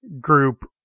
group